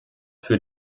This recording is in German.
für